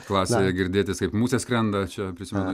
klasėje girdėtis kaip musės skrenda čia prisimenu